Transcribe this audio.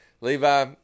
Levi